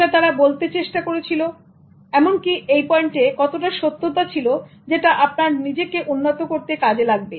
যেটা তারা বলতে চেষ্টা করেছিল এমনকি এই পয়েন্টে কতটা সত্যতা ছিল যেটা আপনার নিজেকে উন্নত করতে কাজে লাগবে